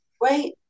Right